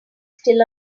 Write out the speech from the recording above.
still